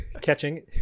Catching